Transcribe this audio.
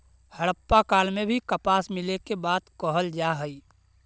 हड़प्पा काल में भी कपास मिले के बात कहल जा हई